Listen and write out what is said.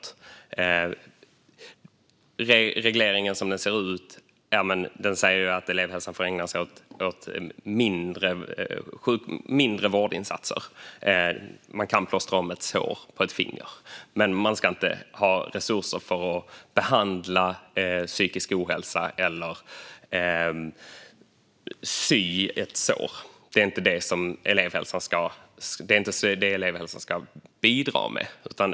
Som regleringen ser ut får elevhälsan ägna sig åt mindre vårdinsatser. Man kan plåstra om ett sår på ett finger, men man ska inte ha resurser för att behandla psykisk ohälsa eller sy ett sår. Det är inte det som elevhälsan ska bidra med.